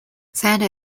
santa